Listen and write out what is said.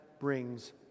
brings